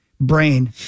brain